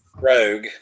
rogue